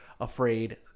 afraid